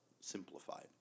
simplified